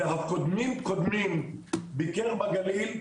והקודמים קודמים ביקר בגליל,